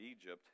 Egypt